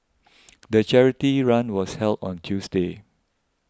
the charity run was held on Tuesday